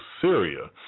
Syria